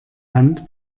hand